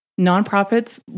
Nonprofits